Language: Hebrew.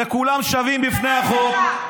וכולם שווים בפני החוק,